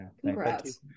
Congrats